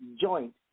joint